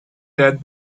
dead